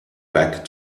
back